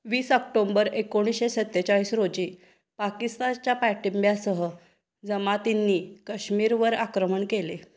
वीस ऑक्टोंबर एकोणीसशे सत्तेचाळीस रोजी पाकिस्तानच्या पाठिंब्यासह जमातींनी काश्मीरवर आक्रमण केले